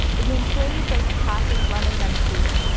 the game plays like classic running gun shooter.